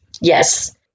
Yes